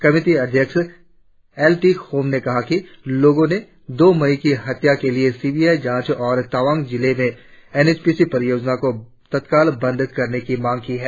committee अध्यक्ष L T Khom ने कहा कि लोगों ने दो मई की हत्याओं के लिए सीबीआई जांच और तवांग जिले में एन एच पी सी परियोजना को तत्काल बंद करने की मांग की हैं